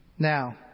Now